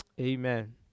Amen